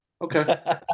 okay